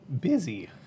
busy